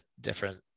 different